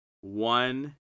One